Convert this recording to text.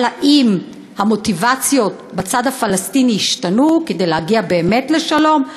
אבל האם המוטיבציות בצד הפלסטיני השתנו כדי להגיע באמת לשלום?